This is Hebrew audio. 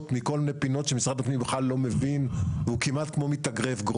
מכל מיני פינות שמשרד הפנים בכלל לא מבין והוא כמעט כמו מתאגרף.